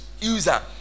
user